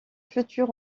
futur